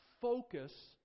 focus